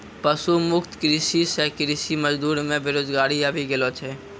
पशु मुक्त कृषि से कृषि मजदूर मे बेरोजगारी आबि गेलो छै